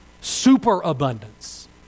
Superabundance